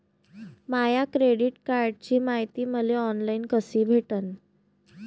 माया credit कार्डची मायती मले ऑनलाईन कसी भेटन?